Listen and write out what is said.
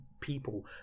people